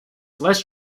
less